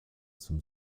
zum